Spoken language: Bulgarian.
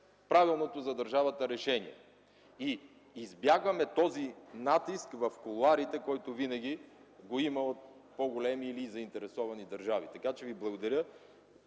правилното за държавата решение. Така избягваме този натиск в кулоарите, който винаги го има от по-големи или заинтересовани държави. Така че Ви благодаря,